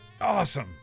Awesome